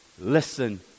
listen